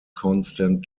constant